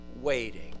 waiting